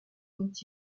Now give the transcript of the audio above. dont